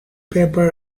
paper